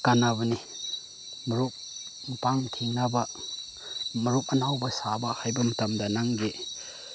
ꯀꯥꯟꯅꯕꯅꯤ ꯃꯔꯨꯞ ꯃꯄꯥꯡ ꯊꯦꯡꯅꯕ ꯃꯔꯨꯞ ꯑꯅꯧꯕ ꯁꯥꯕ ꯍꯥꯏꯕ ꯃꯇꯝꯗ ꯅꯪꯒꯤ